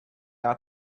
out